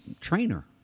trainer